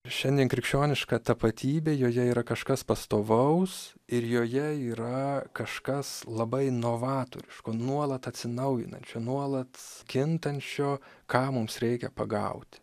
šiandien krikščioniška tapatybė joje yra kažkas pastovaus ir joje yra kažkas labai novatoriško nuolat atsinaujinančio nuolat kintančio ką mums reikia pagauti